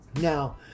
Now